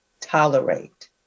tolerate